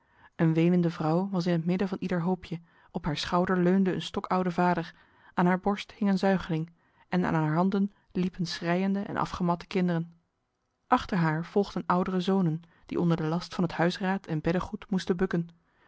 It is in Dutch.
een wenende vrouw was in het midden van ieder hoopje op haar schouder leunde een stokoude vader aan haar borst hing een zuigeling en aan haar handen liepen schreiende en afgematte kinderen achter haar volgden oudere zonen die onder de last van het huisraad en beddengoed moesten bukken